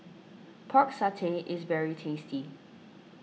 Pork Satay is very tasty